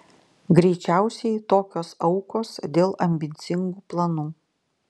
greičiausiai tokios aukos dėl ambicingų planų